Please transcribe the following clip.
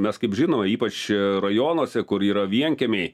mes kaip žinome ypač rajonuose kur yra vienkiemiai